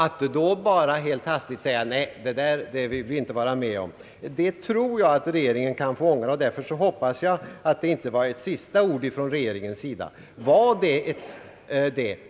Att då bara helt hastigt säga att det där vill vi inte vara med om, tror jag att regeringen kan få ångra. Därför hoppas jag att det inte var det sista ordet från regeringen. Var det ett sista